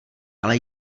ale